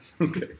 Okay